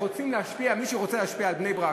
הם רוצים להשפיע, מישהו רוצה להשפיע על בני-ברק?